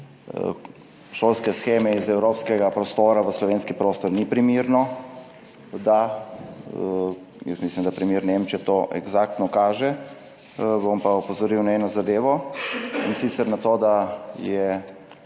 šolske sheme iz evropskega prostora v slovenski prostor ni primerno. Da, jaz mislim, da primer Nemčije to eksaktno kaže. Bom pa opozoril na eno zadevo, in sicer na to, da je